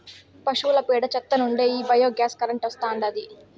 పశువుల పేడ చెత్త నుంచే ఈ బయోగ్యాస్ కరెంటు వస్తాండాది